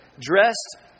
dressed